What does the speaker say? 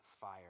fire